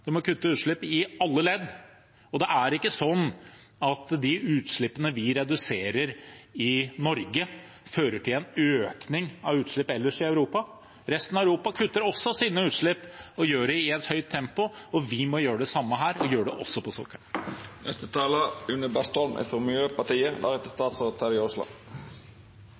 må kutte utslipp i alle ledd, og det er ikke sånn at de utslippene vi reduserer i Norge, fører til en økning av utslipp ellers i Europa. Resten av Europa kutter også sine utslipp – og gjør det i et høyt tempo – og vi må gjøre det samme her , og gjøre det også på sokkelen. Selvfølgelig kan vi ikke stoppe all elektrifisering der det er